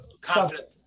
confident